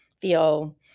feel